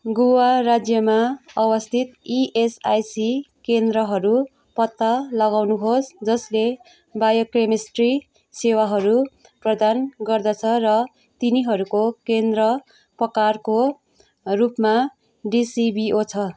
गोवा राज्यमा अवस्थित इएसआइसी केन्द्रहरू पत्ता लगाउनुहोस् जसले बायोकेमिस्ट्री सेवाहरू प्रदान गर्दछ र तिनीहरूको केन्द्र प्रकारको रूपमा डिसिबिओ छ